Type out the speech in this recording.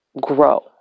grow